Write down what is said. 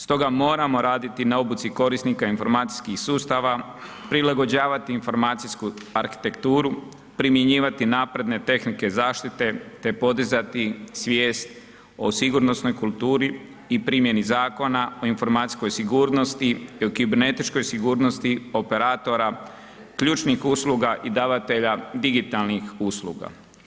Stoga moramo raditi na obuci korisnika informacijskih sustava, prilagođavati informacijsku arhitekturu, primjenjivati napredne tehnike zaštite, te podizati svijest o sigurnosnoj kulturi i primjeni zakona o informacijskoj sigurnosti i u kibernetičkoj sigurnosti operatora, ključnih usluga i davatelja digitalnih usluga.